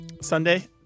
Sunday